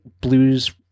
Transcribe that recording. blues